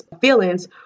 feelings